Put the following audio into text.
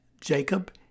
Jacob